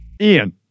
Ian